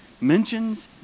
mentions